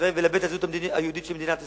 ישראל ולאבד את הזהות היהודית של מדינת ישראל,